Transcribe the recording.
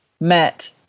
met